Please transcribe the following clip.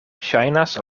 ŝajnas